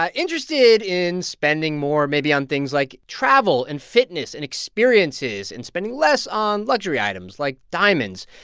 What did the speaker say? ah interested in spending more maybe on things like travel and fitness and experiences and spending less on luxury items like diamonds.